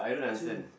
two